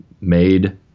made